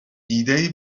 ایدهای